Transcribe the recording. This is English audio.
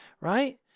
right